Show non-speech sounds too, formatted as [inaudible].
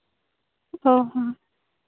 [unintelligible]